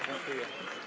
Dziękuję.